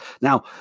Now